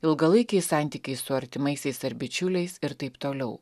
ilgalaikiai santykiai su artimaisiais ar bičiuliais ir taip toliau